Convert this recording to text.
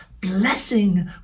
blessing